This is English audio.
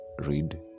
read